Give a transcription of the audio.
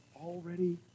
already